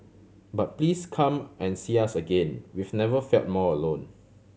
but please come and see us again we've never felt more alone